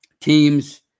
teams